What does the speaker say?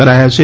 કરાયા છે